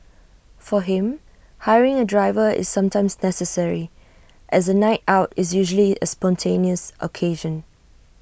for him hiring A driver is sometimes necessary as A night out is usually A spontaneous occasion